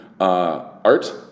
Art